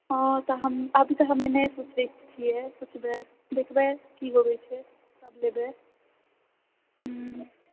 हँ तऽ अभी तऽ हमे नहि पुछै छिऐ पुछबै देखबै की होवे छै तब लेबै हम